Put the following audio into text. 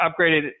upgraded